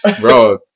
Bro